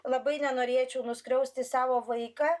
labai nenorėčiau nuskriausti savo vaiką